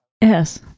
Yes